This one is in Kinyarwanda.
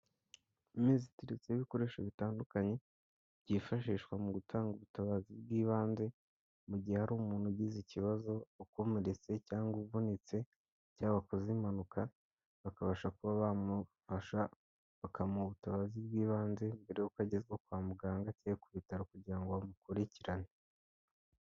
Imeza iteretseho ibikoresho bitandukanye byifashishwa mu gutanga ubutabazi bw'ibanze, mu gihe hari umuntu ugize ikibazo, ukomeretse cyangwa uvunitse, cyangwa wakoze impanuka, bakabasha kuba bamufasha, bakamuha ubutabazi bw'ibanze, mbere y'uko agezwa kwa muganga, cyangwa ku bitaro kugira ngo bamukurikirane.